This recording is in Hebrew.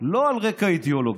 לא על רקע אידיאולוגי.